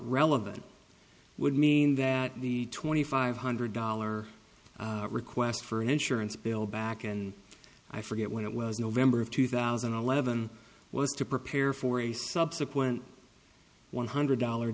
relevant would mean that the twenty five hundred dollar request for an insurance bill back and i forget when it was november of two thousand and eleven was to prepare for a subsequent one hundred dollar